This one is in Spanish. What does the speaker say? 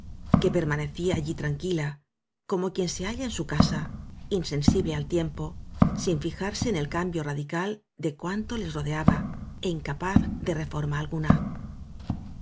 que per manecía allí tranquila como quien se halla en su casa insensible al tiem po sin fijarse en el cambio radical de cuanto les rodeaba é incapaz de reforma alguna